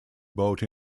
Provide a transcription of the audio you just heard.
boat